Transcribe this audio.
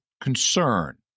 concern